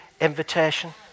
invitation